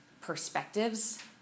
perspectives